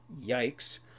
Yikes